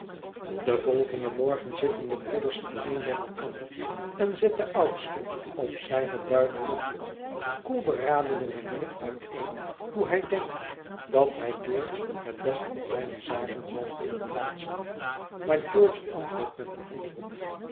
den volgenden morgen zitten de broeders alleen bij elkander en zet de oudste op zijne duidelijke koel beradene manier uiteen hoe hij denkt dat hij george het best in zijne zaken zal kunnen plaatsen maar george antwoordt met een handdruk